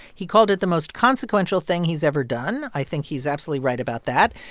he called it the most consequential thing he's ever done. i think he's absolutely right about that.